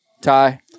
Ty